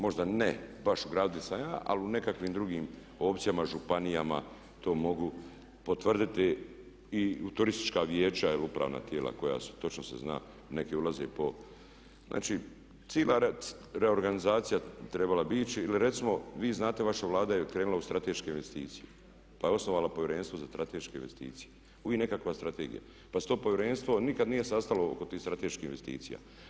Možda ne baš u gradu gdje sam ja ali u nekakvim drugim opcijama županijama to mogu potvrditi i turistička vijeća ili upravna tijela, točno se zna, neki ulaze po, cijela reorganizacija trebala bi ići ili recimo vi znate, vaša Vlada je krenula u strateške investicije, pa je osnovala povjerenstvo za strateške investicije, uvijek nekakva strategija, pa se to povjerenstvo nikad nije sastalo oko tih strateških investicija.